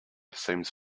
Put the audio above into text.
seems